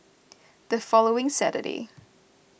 the following Saturday